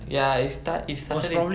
ya it start he started it